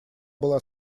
была